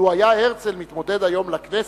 לו התמודד הרצל היום לכנסת,